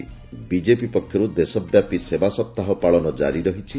BJP ପକ୍ଷରୁ ଦେଶବ୍ୟାପୀ ସେବା ସପ୍ତାହ ପାଳନ ଜାରିରହିଛି